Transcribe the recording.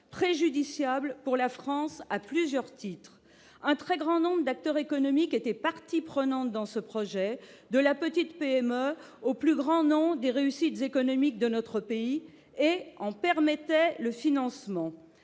préjudiciable à la France, à plusieurs titres : un très grand nombre d'acteurs économiques étaient parties prenantes à ce projet, depuis la modeste PME jusqu'aux plus grands noms des réussites économiques de notre pays, et en permettaient le financement.